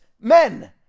men